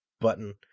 button